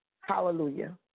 Hallelujah